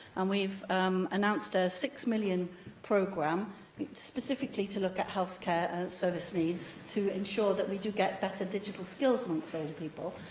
and we've announced a six million pounds programme specifically to look at healthcare service needs to ensure that we do get better digital skills amongst older people,